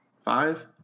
five